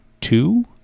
two